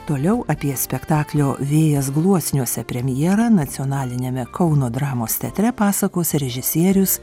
toliau apie spektaklio vėjas gluosniuose premjerą nacionaliniame kauno dramos teatre pasakos režisierius